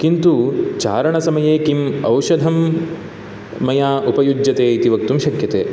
किन्तु चारणसमये किम् औषधं मया उपयुज्यते इति वक्तुं शक्यते